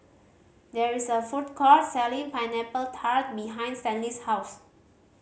there is a food court selling Pineapple Tart behind Stanley's house